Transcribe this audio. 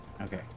Okay